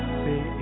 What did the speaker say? say